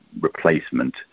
replacement